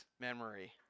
memory